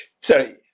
Sorry